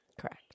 Correct